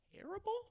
terrible